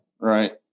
right